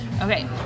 Okay